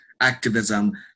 activism